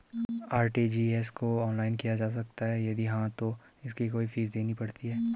RTGS को online किया जा सकता है यदि हाँ तो इसकी कोई फीस देनी पड़ती है?